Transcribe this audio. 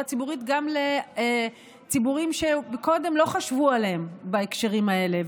הציבורית גם לציבורים שקודם לא חשבו עליהם בהקשרים האלה.